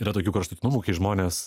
yra tokių kraštutinumų kai žmonės